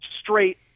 straight